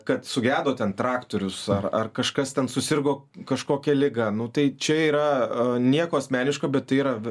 kad sugedo ten traktorius ar ar kažkas ten susirgo kažkokia liga nu tai čia yra nieko asmeniško bet tai yra